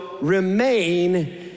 remain